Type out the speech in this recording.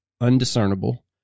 Undiscernible